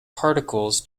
particles